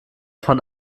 von